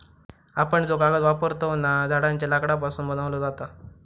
आपण जो कागद वापरतव ना, झाडांच्या लाकडापासून बनवलो जाता